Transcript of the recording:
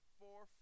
four